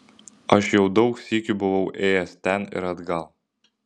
aš jau daug sykių buvau ėjęs ten ir atgal